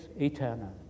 eternal